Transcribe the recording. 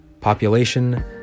Population